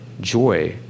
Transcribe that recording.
joy